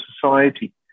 society